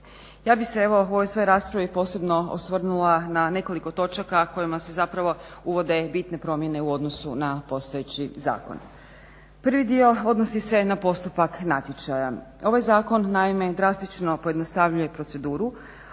Ja bih se evo u ovoj svojoj raspravi posebno osvrnula na nekoliko točaka kojima se zapravo uvode bitne promjene u odnosu na postojeći zakon. Prvi dio odnosi se na postupak natječaja. Ovaj zakon naime drastično pojednostavnjuje proceduru,